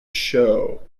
show